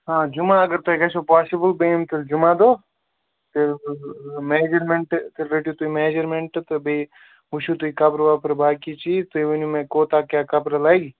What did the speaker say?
آ جُمعہ اگر تۄہہِ گژھیو پاسِبٕل بہِ یِم تیٚلہِ جمعہ دۄہ تیٚلہِ میجَرمینٛٹ تیٚلہِ رٔٹِو تُہۍ میجَرمٮ۪نٛٹ تہٕ بیٚیہِ وُچھِو تُہۍ کَپُر وَپُر باقٕے چیٖز تُہۍ ؤنِو مےٚ کوتاہ کیٛاہ کَپُر لَگہِ